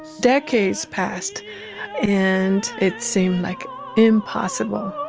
decades passed and it seemed like impossible